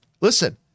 listen